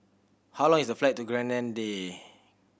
how long is the flight to Grenada